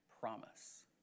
promise